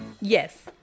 Yes